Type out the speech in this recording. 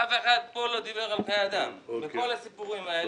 אף אחד פה לא דיבר על חיי אדם, בכל הסיפורים האלה.